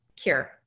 Cure